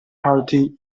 party